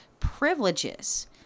privileges